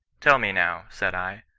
tell me now, said i,